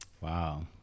Wow